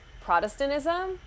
protestantism